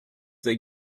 they